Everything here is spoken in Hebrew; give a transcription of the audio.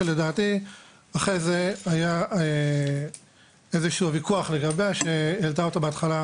שלדעתי אחרי זה היה איזה שהוא וויכוח לגביה שהעלתה אותו בהתחלה